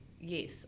yes